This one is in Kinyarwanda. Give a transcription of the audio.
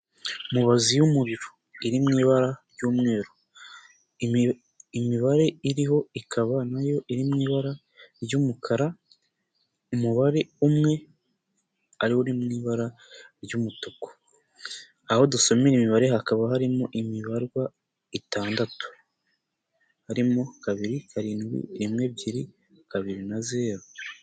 Mubazi y'umuriro iri mu ibara ry'umweru, imibare iriho ikaba na yo iri mu ibara ry'umukara, umubare umwe ari wo uri mu ibara ry'umutuku, aho dusomera imibare hakaba harimo imibarwa itandatu, harimo: kabiri, karindwi, rimwe ebyiri, kabiri na zeru.